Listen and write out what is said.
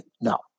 No